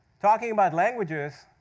talking about languages,